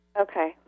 Okay